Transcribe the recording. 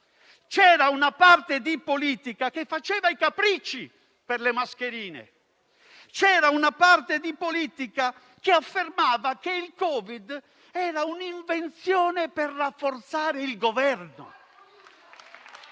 C'era una parte di politica che faceva i capricci per le mascherine e affermava che il Covid era un'invenzione per rafforzare il Governo.